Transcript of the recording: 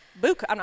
book